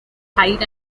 height